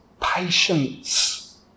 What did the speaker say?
patience